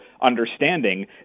understanding